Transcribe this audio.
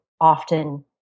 often